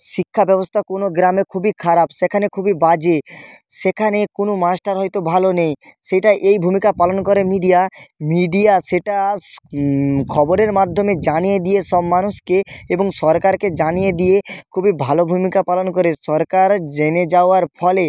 শিক্ষা ব্যবস্থা কোনও গ্রামে খুবই খারাপ সেখানে খুবই বাজে সেখানে কোনও মাস্টার হয়তো ভালো নেই সেটা এই ভূমিকা পালন করে মিডিয়া মিডিয়া সেটা খবরের মাধ্যমে জানিয়ে দিয়ে সব মানুষকে এবং সরকারকে জানিয়ে দিয়ে খুবই ভালো ভূমিকা পালন করে সরকার জেনে যাওয়ার ফলে